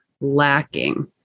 lacking